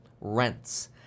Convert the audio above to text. rents